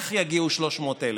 איך יגיעו 300,000?